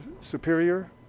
Superior